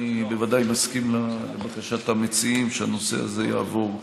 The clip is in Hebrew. אני בוודאי מסכים לבקשת המציעים שהנושא הזה יעבור,